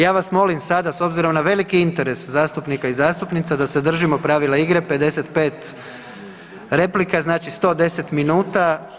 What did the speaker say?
Ja vas molim sada s obzirom na veliki interes zastupnika i zastupnica da se držimo pravila igre, 55 replika znači 110 minuta.